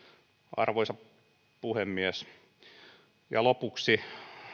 arvoisa puhemies lopuksi